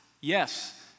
Yes